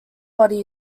body